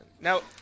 Now